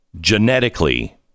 genetically